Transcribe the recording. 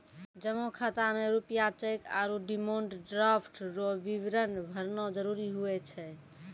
जमा खाता मे रूपया चैक आरू डिमांड ड्राफ्ट रो विवरण भरना जरूरी हुए छै